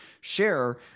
share